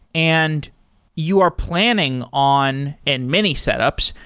and you are planning on in many setups,